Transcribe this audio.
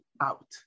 out